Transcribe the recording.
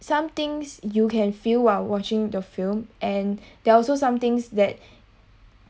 some things you can feel while watching the film and there are also some things that